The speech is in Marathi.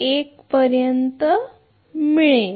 01पर्यंत मिळेल